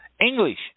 English